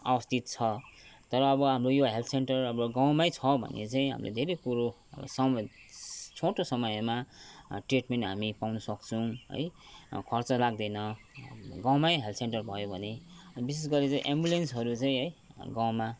अवस्थित छ तर अब हाम्रो यो हेल्थ सेन्टर अब गाउँमै छ भने चाहिँ हामीले धेरै कुरो सम छोटो समयमा ट्रिटमेन्ट हामी पाउन सक्छौँ है खर्च लाग्दैन गाउँमै हेल्थ सेन्टर भयो भने विशेष गरी चाहिँ एम्बुलेन्सहरू चाहिँ है गाउँमा